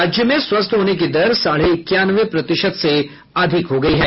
राज्य में स्वस्थ होने की दर साढ़े इक्यानवे प्रतिशत से अधिक हो गयी है